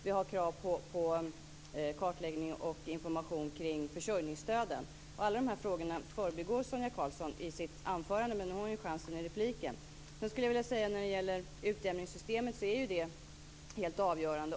Vi har krav på kartläggning och information kring försörjningsstöden. Alla de här frågorna förbigår Sonia Karlsson i sitt anförande. Nu har hon ju chansen i repliken. Sedan skulle jag vilja säga att utjämningssystemet är helt avgörande.